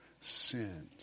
sins